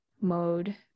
mode